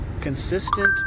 consistent